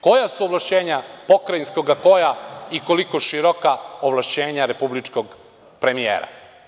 Koja su ovlašćenja pokrajinskog, a koja i koliko široka ovlašćenja republičkog premijera?